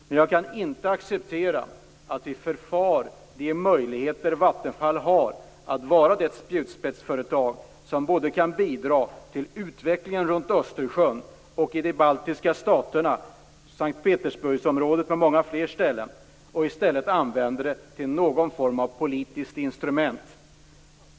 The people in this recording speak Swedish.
Men jag kan inte acceptera att vi förfar de möjligheter som Vattenfall har att vara det spjutspetsföretag som kan bidra till utvecklingen runt Östersjön, i de baltiska staterna och i Sankt Petersburgsområdet och på många fler ställen och i stället använder företaget som någon form av politiskt instrument.